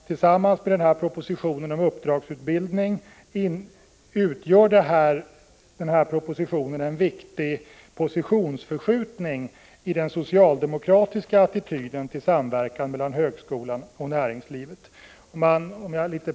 Tillsammans med propositionen om uppdragsutbildning utgör föreliggande proposition en viktig positionsförskjutning för socialdemokraterna i synen på samverkan mellan högskola och näringsliv.